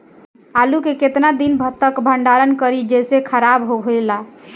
आलू के केतना दिन तक भंडारण करी जेसे खराब होएला?